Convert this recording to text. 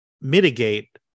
mitigate